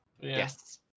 Yes